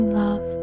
love